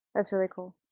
that's really cool.